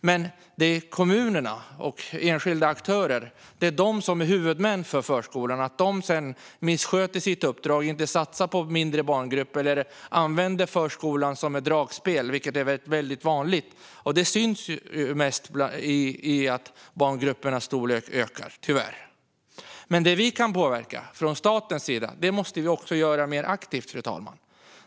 Men det är kommunerna och enskilda aktörer som är huvudmän för förskolorna. Vi vet att de ofta missköter sitt uppdrag, låter bli att satsa på mindre barngrupper och använder förskolan som ett dragspel, vilket är väldigt vanligt. Och det syns tyvärr mest i att barngruppernas storlek ökar. Men, fru talman, det vi kan påverka från statens sida måste vi också göra mer aktivt.